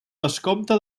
vescomte